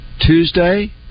Tuesday